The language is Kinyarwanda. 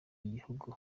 gihugu